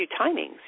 timings